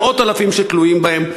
מאות-אלפים תלויים בהם,